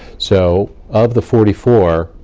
so of the forty four,